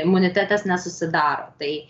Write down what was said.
imunitetas nesusidaro tai